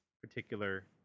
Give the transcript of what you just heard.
particular